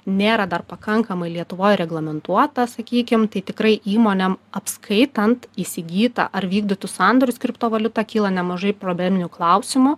nėra dar pakankamai lietuvoj reglamentuota sakykim tai tikrai įmonėm apskaitant įsigytą ar vykdytus sandorius kriptovaliuta kyla nemažai probleminių klausimų